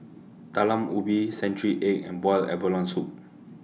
Talam Ubi Century Egg and boiled abalone Soup